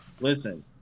listen